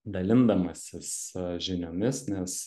dalindamasis žiniomis nes